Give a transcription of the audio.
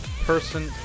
person